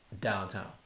downtown